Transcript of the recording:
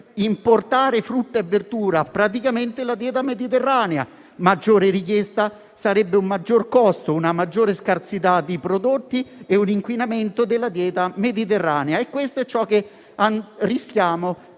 importare frutta e verdura, praticamente la dieta mediterranea. Una maggiore richiesta comporterebbe un maggior costo, una maggiore scarsità di prodotti e un inquinamento della dieta mediterranea e questo è quanto rischiamo